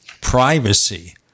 privacy